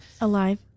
Alive